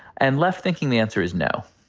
and left thinking the answer is no.